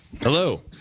Hello